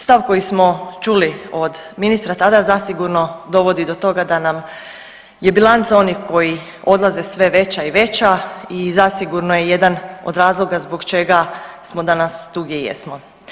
Stav koji smo čuli od ministra tada zasigurno dovodi do toga da nam je bilanca onih koji odlaze sve veća i veća i zasigurno je jedan od razloga zbog čega smo danas tu gdje jesmo.